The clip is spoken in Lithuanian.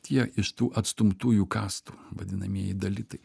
tie iš tų atstumtųjų kastų vadinamieji dalitai